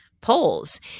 polls